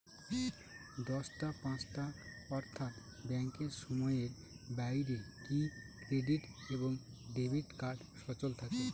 দশটা পাঁচটা অর্থ্যাত ব্যাংকের সময়ের বাইরে কি ক্রেডিট এবং ডেবিট কার্ড সচল থাকে?